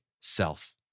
self